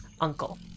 Uncle